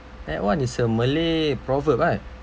that one is a malay proverb right